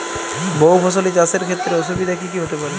বহু ফসলী চাষ এর ক্ষেত্রে অসুবিধে কী কী হতে পারে?